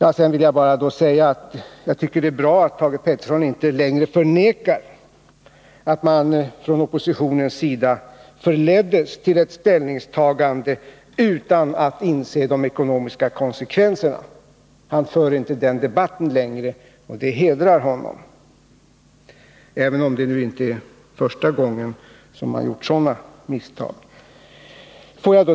Men låt mig också säga att jag tycker det är bra att Thage Peterson inte längre förnekar att man från oppositionens sida förleddes till ett ställningstagande som inte var baserat på ett beaktande av de ekonomiska konsekvenserna. Thage Peterson för inte den debatten längre, och det hedrar honom, även om det inte är första gången som man inom oppositionen gjort sådana misstag.